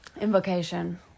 Invocation